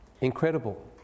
Incredible